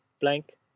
blank